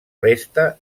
resta